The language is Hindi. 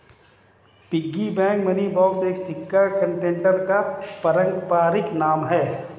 पिग्गी बैंक मनी बॉक्स एक सिक्का कंटेनर का पारंपरिक नाम है